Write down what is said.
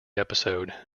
episode